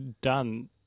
done